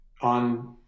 on